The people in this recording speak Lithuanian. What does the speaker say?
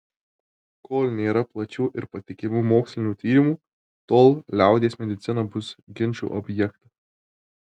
kol nėra plačių ir patikimų mokslinių tyrimų tol liaudies medicina bus ginčų objektas